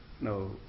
no